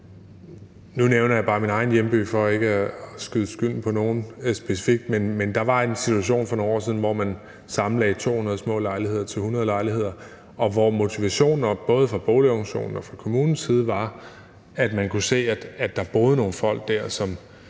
Nu nævner jeg bare min egen hjemby for ikke at skyde skylden på nogen anden specifikt: Der var en situation for nogle år siden, hvor man sammenlagde 200 små lejligheder til 100 lejligheder, og hvor motivationen både fra boligorganisationen og kommunens side var, at man kunne se, at der boede nogle folk der,